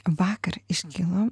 vakar iškilo